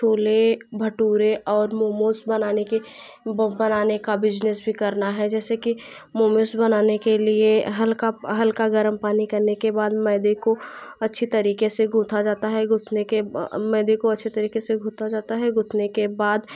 छोले भटूरे और मोमोस बनाने के वो बनाने का बिजनेस भी करना है जैसे कि मोमोस बनाने के लिए हल्का हल्का गर्म पानी करने के बाद मैदे को अच्छी तरीके से गूथा जाता है गूथने के बाद मैदे को अच्छी तरीके से गूथा जाता है गूथने के बाद